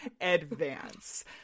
advance